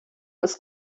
ist